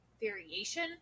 variation